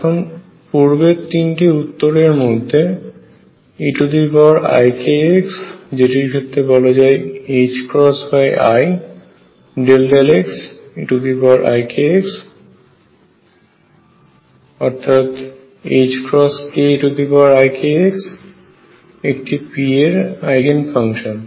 এখন পূর্বের তিনটি উত্তর এর মধ্যে eikx যেটির ক্ষেত্রে বলা যায় i∂x eikx অর্থাৎ k eikx একটি p এর আইগেন ফাংশন